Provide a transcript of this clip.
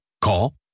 Call